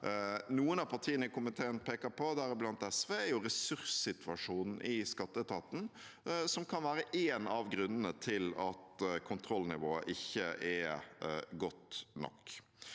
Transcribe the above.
noen av partiene i komiteen – deriblant SV – peker på, er ressurssituasjonen i skatteetaten, som kan være én av grunnene til at kontrollnivået ikke er godt nok.